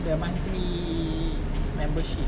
their monthly membership